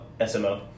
Smo